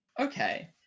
okay